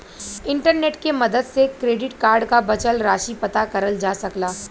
internet के मदद से क्रेडिट कार्ड क बचल राशि पता करल जा सकला